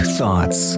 Thoughts